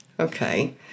Okay